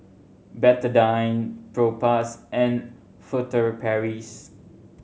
Betadine Propass and Furtere Paris